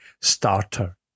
starter